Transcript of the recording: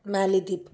മാലിദ്വീപ്